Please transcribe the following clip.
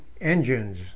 engines